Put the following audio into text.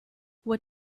what